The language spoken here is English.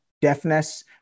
deafness